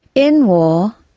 in war,